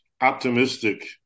optimistic